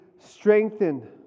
Strengthen